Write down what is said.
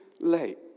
late